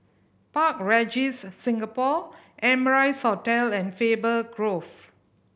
Park Regis Singapore Amrise Hotel and Faber Grove